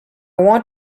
want